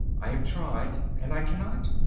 i have tried and i cannot.